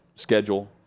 schedule